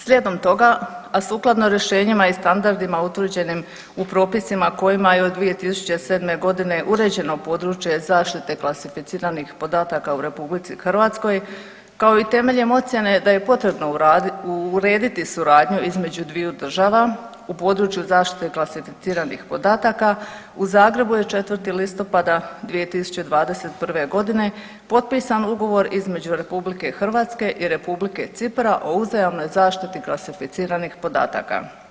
Slijedom toga, a sukladno rješenjima i standardima utvrđenim u propisima kojima je od 2007.g. uređeno područje zaštite klasificiranih podataka u RH, kao i temeljem ocijene da je potrebno urediti suradnju između dviju država u području zaštite klasificiranih podataka u Zagrebu je 4. listopada 2021.g. potpisan ugovor između RH i Republike Cipra o uzajamnoj zaštiti klasificiranih podataka.